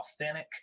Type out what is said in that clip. authentic